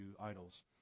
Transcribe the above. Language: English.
idols